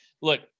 Look